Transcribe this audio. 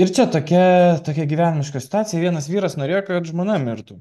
ir čia tokia tokia gyvenimiška situacija vienas vyras norėjo kad žmona mirtų